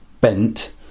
bent